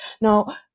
Now